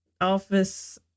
office